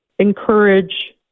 encourage